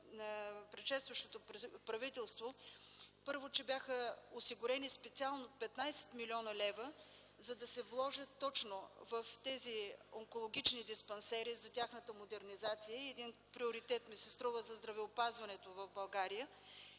на предшестващото правителство – първо, че бяха осигурени специално 15 млн. лв., за да се вложат точно в тези онкологични диспансери и за тяхната модернизация е един приоритет, струва ми се за здравеопазването в България